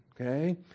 okay